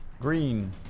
Green